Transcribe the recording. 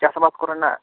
ᱪᱟᱥ ᱵᱟᱥ ᱠᱚᱨᱮᱱᱟᱜ